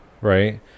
right